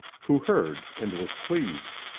who heard and was pleased.